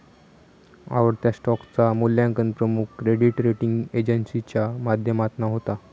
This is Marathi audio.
आवडत्या स्टॉकचा मुल्यांकन प्रमुख क्रेडीट रेटींग एजेंसीच्या माध्यमातना होता